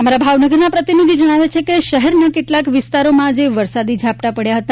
અમારા ભાવનગરના પ્રતિનિધિ જણાવે છે કે શહેરના કેટલાક વિસ્તારોમાં આજે વરસાદી ઝાપટા પડ્યા હતા